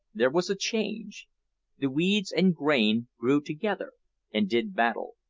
there was a change the weeds and grain grew together and did battle,